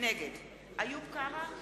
נגד איוב קרא,